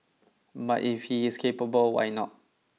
but if he is capable why not